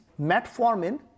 Metformin